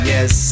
Yes